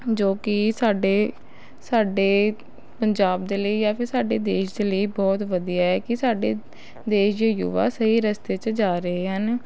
ਜੋ ਕਿ ਸਾਡੇ ਸਾਡੇ ਪੰਜਾਬ ਦੇ ਲਈ ਜਾਂ ਫਿਰ ਸਾਡੇ ਦੇਸ਼ ਦੇ ਲਈ ਬਹੁਤ ਵਧੀਆ ਹੈ ਕਿ ਸਾਡੇ ਦੇਸ਼ ਦੇ ਯੁਵਾ ਸਹੀ ਰਸਤੇ 'ਚ ਜਾ ਰਹੇ ਹਨ